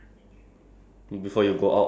it really happens ya that's the thing